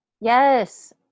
Yes